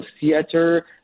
theater